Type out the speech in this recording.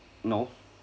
no